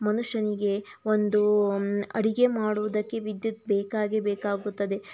ಮನುಷ್ಯನಿಗೆ ಒಂದು ಅಡುಗೆ ಮಾಡುವುದಕ್ಕೆ ವಿದ್ಯುತ್ ಬೇಕಾಗೇ ಬೇಕಾಗುತ್ತದೆ